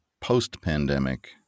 post-pandemic